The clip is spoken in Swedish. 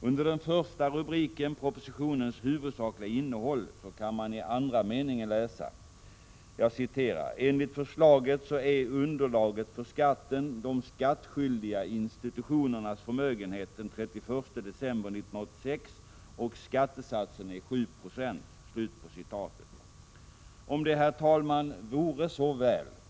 Under den första rubriken, Propositionens huvudsakliga innehåll, kan man i andra meningen läsa: ”Enligt förslaget är underlaget för skatten de skattskyldiga institutionernas förmögenhet den 31 december 1986 och skattesatsen 7 96.” Om det, herr talman, vore så väl!